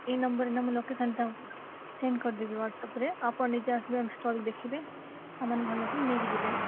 ଏଇ ନମ୍ବର୍ରେ ମୁଁ ଲୋକେସନ୍ଟା ସେଣ୍ଡ୍ କରଦେବି ୱାଟସ୍ଅପ୍ରେ ଆପଣ ନିଜେ ଆସିବେ ଆମ ଷ୍ଟଲ୍କୁ ଦେଖିବେ ସାମାନ୍ ନେଇକି ଯିବେ